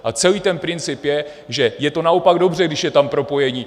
A celý ten princip je, že je to naopak dobře, když je tam propojení.